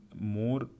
more